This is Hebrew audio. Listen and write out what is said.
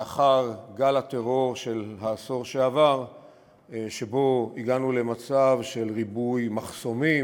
לאחר גל הטרור של העשור שעבר שבו הגענו למצב של ריבוי מחסומים,